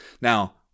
now